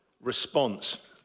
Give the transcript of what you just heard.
response